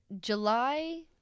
july